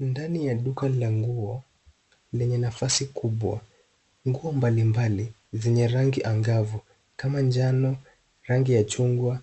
Ndani ya duka la nguo lenye nafasi kubwa, nguo mbalimbali zenye rangi angavu kama njano, rangi ya chungwa,